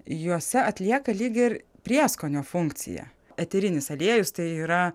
juose atlieka lyg ir prieskonio funkciją eterinis aliejus tai yra